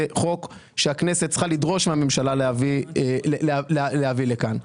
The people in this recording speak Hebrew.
חוק שהכנסת צריכה לדרוש מהממשלה להביא לכאן.